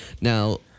Now